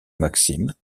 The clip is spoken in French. maxime